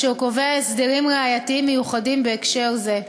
אשר קובע הסדרים ראייתיים מיוחדים בהקשר זה.